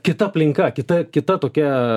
kita aplinka kita kita tokia